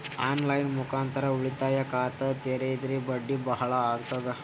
On line ಮುಖಾಂತರ ಉಳಿತಾಯ ಖಾತ ತೇರಿದ್ರ ಬಡ್ಡಿ ಬಹಳ ಅಗತದ?